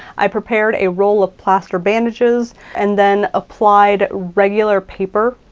i prepared a roll of plaster bandages and then applied regular paper,